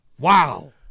Wow